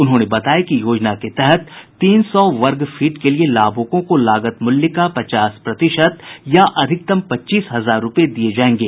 उन्होंने बताया कि योजना के तहत तीन सौ वर्ग फीट के लिए लाभुकों को लागत मूल्य का पचास प्रतिशत या अधिकतम पच्चीस हजार रूपये दिये जायेंगे